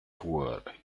poor